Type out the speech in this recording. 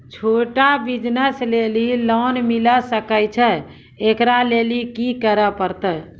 छोटा बिज़नस लेली लोन मिले सकय छै? एकरा लेली की करै परतै